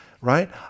right